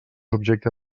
objecte